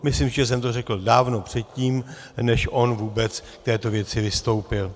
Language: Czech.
Myslím, že jsem to řekl dávno předtím, než on vůbec k této věci vystoupil.